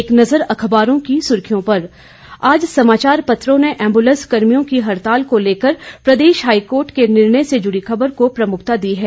एक नज़र अखबारों की सुर्खियों पर आज समाचार पत्रों ने एंबुलेंस कर्मियों की हड़ताल को लेकर प्रदेश हाईकोर्ट के निर्णय से जुड़ी खबर को प्रमुखता दी है